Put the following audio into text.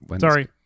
Sorry